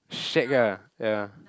shag ah ya